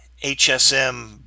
HSM